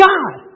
God